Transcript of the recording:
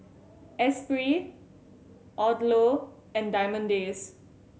Esprit Odlo and Diamond Days